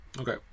Okay